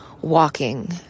walking